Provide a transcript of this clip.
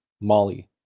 Molly